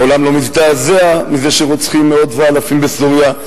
העולם לא מזדעזע מזה שרוצחים מאות ואלפים בסוריה,